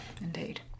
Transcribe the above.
indeed